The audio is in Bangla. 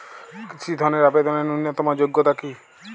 কৃষি ধনের আবেদনের ন্যূনতম যোগ্যতা কী?